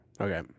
Okay